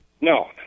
No